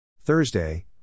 Thursday